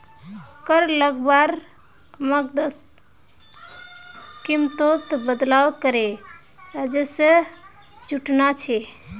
कर लगवार मकसद कीमतोत बदलाव करे राजस्व जुटाना छे